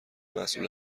مسئول